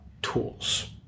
tools